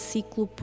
Ciclo